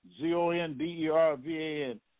Z-O-N-D-E-R-V-A-N